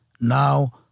now